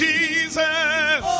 Jesus